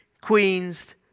queens